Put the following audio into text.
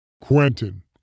Quentin